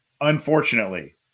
Unfortunately